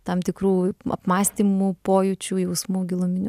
tam tikrų apmąstymų pojūčių jausmų giluminių